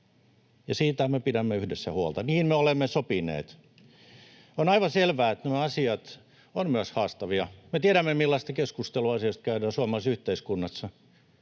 siitä me pidämme yhdessä huolta. Niin me olemme sopineet. On aivan selvää, että nämä asiat ovat myös haastavia. Me tiedämme, millaista keskustelua asiasta käydään suomalaisessa yhteiskunnassa.